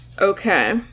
Okay